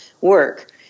work